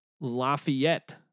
Lafayette